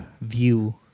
view